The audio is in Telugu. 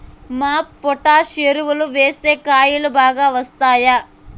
మాప్ పొటాష్ ఎరువులు వేస్తే కాయలు బాగా వస్తాయా?